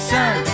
Sun